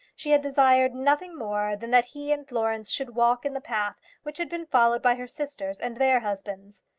she had desired nothing more than that he and florence should walk in the path which had been followed by her sisters and their husbands.